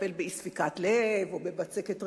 תטפל באי-ספיקת לב או בבצקת ריאות.